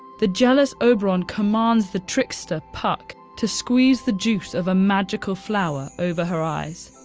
the jealous oberon commands the trickster puck to squeeze the juice of a magical flower over her eyes.